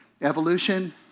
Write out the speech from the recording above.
Evolution